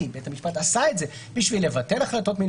- בית המשפט עשה את זה - בשביל לבטל החלטות,